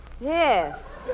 Yes